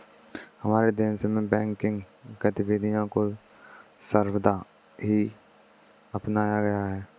हमारे देश में बैंकिंग गतिविधियां को सर्वथा ही अपनाया गया है